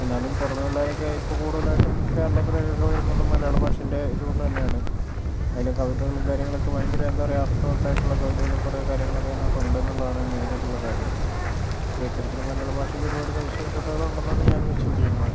എന്നാലും പുറമെ ഉള്ളവരൊക്കെ ഇപ്പോൾ കൂടുതലായിട്ടും കേരളത്തിലേക്കൊക്കെ വരുന്നത് മലയാള ഭാഷേൻ്റെ ഇത് കൊണ്ട് തന്നെയാണ് അതിലെ കവിതകളും കാര്യങ്ങളൊക്കെ ഭയങ്കര എന്താ പറയുക അർത്ഥവത്തായിട്ടുള്ള കവിതകളും കുറേ കാര്യങ്ങളൊക്കെ അതിനകത്ത് ഉണ്ടെന്ന് ഉള്ളതാണ് മെയിനായിട്ടുള്ള കാര്യം അപ്പോൾ ഇത്തരത്തില് മലയാളഭാഷക്ക് ഒരുപാട് സവിശേതകളുണ്ടെന്നാണ് ഞാൻ വിശ്വസിക്കുന്നത്